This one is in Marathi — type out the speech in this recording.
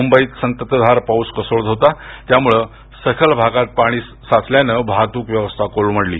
मुंबईत संततधार पाऊस कोसळत होता त्यामुळे सखल भागात पाणी भरल्यानं वाहतूक व्यवस्था कोलमडली